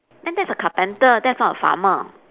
then that's a carpenter that's not a farmer